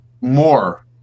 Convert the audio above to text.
more